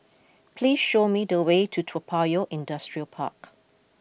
please show me the way to Toa Payoh Industrial Park